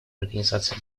организации